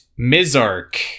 Mizark